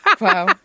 Wow